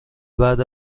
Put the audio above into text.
بعد